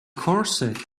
corset